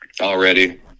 already